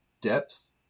Depth